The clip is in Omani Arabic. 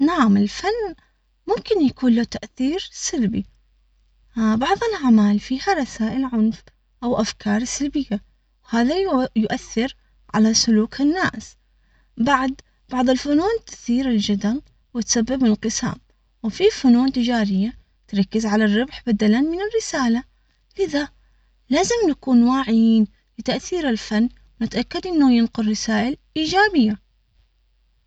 نعم الفن ممكن يكون له تأثير سلبي بعض العمال فيها رسائل عنف أو أفكار سلبية وهذا يؤثر على سلوك الناس بعض الفنون تثير الجدل وتسبب انقسام وفيه فنون تجارية تركز على الربح بدلا من الرسالة لذا لازم نكون واعيين لتأثير الفن ونتأكد انه ينقل رسائل إيجابية